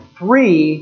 three